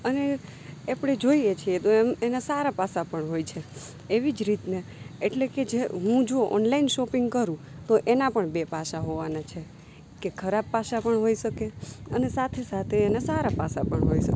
અને આપણે જોઈએ છે તો એમ એના સારા પાસા પણ હોય છે એવી જ રીતના એટલે કે જે હું જો ઓનલાઇન શોપિંગ કરું તો એના પણ બે પાસા હોવાના છે કે ખરાબ પાસા પણ હોય શકે અને સાથે સાથે એના સારા પાસા પણ હોય શકે